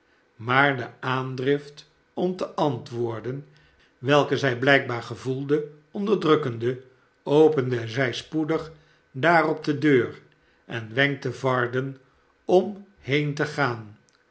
maar de aandrift om te antwoorden welke zij blijkbaar gevoelde onderdrukkende opende zij spoedig daarop de deur en wenkte varden om heen te gaan